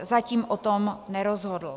Zatím o tom nerozhodl.